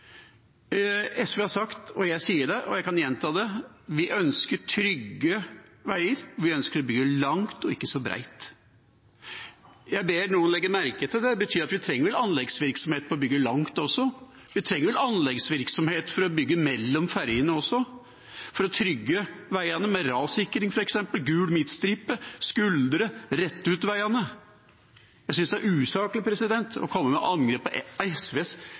SV har sagt, og jeg sier det og kan gjenta det: Vi ønsker trygge veier. Vi ønsker å bygge langt og ikke så bredt. Jeg ber noen legge merke til det, for det betyr at vi trenger vel anleggsvirksomhet for å bygge langt også, og vi trenger vel anleggsvirksomhet for å bygge mellom fergene og for å trygge veiene, f.eks. ved rassikring, gul midtstripe, skuldre og å rette ut veiene. Jeg synes det er usaklig å komme med angrep på